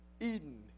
Eden